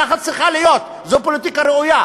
ככה היא צריכה להיות, זו פוליטיקה ראויה.